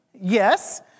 Yes